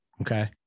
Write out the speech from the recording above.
Okay